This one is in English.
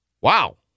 Wow